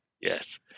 yes